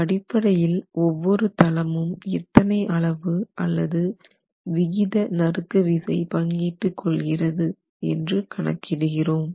அடிப்படையில் ஒவ்வொரு தளமும் எத்தனை அளவு அல்லது விகித நறுக்கு விசை பங்கிட்டு கொள்கிறது என்று கணக்கிடுகிறோம்